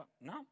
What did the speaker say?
No